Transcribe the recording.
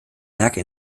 werke